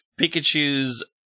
Pikachu's